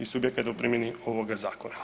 i subjekata u primjeni ovoga zakona.